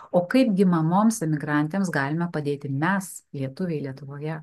o kaipgi mamoms emigrantėms galime padėti mes lietuviai lietuvoje